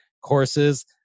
courses